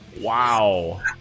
Wow